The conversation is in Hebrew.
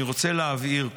אני רוצה להבהיר,